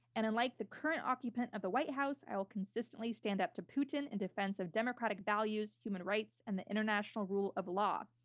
and unlike the current occupant of the white house, i will consistently stand up to putin in and defense of democratic values, human rights, and the international rule of law.